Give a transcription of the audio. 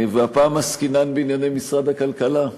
הפעם עסקינן בענייני משרד הכלכלה,